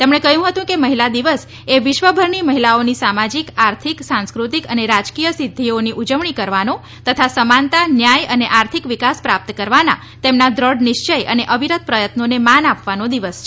તેમણે કહ્યું હતુંકે મહિલા દિવસએ વિશ્વભરની મહિલાઓની સામાજીક આર્થિક સાંસ્કૃતિક અને રાજકીય સીધ્ધીઓની ઉજવણી કરવાનો તથા સમાનતા ન્યાય અને આર્થિક વિકાસ પ્રાપ્ત કરવાના તેમના દ્વઢ નિશ્વચય અને અવિરત પ્રય્ત્નોને માન આપવાનો દિવસ છે